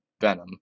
Venom